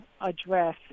address